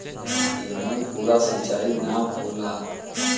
एमन पूरा सींचाई ना होला